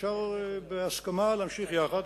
שאפשר בהסכמה להמשיך יחד,